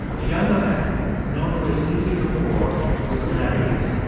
a younger man known for his easy rapport with celebrities.